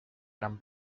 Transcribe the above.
gran